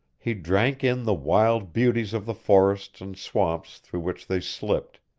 he drank in the wild beauties of the forests and swamps through which they slipped,